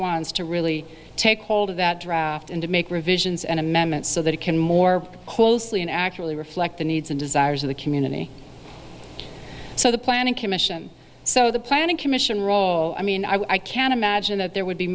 ones to really take hold of that draft and to make revisions and amendments so that it can more closely and actually reflect the needs and desires of the community so the planning commission so the planning commission role i mean i can't imagine that there would be